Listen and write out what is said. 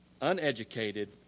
uneducated